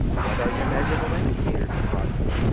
what are your measurable indicators of progress?